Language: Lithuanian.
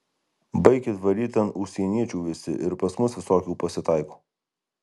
baikit varyt ant užsieniečių visi ir pas mus visokių pasitaiko